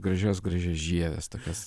gražias gražias žieves tokias